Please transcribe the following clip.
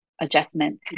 adjustment